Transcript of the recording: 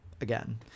again